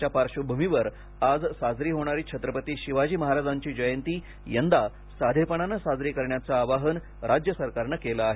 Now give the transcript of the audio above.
कोरोनाच्या पार्श्वभूमीवर आज साजरी होणारी छत्रपती शिवाजी महाराजांची जयंती यंदा साधेपणाने साजरी करण्याचं आवाहन राज्य सरकारनं केलं आहे